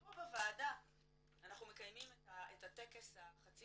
פה בוועדה אנחנו מקיימים את הטקס החצי